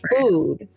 food